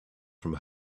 from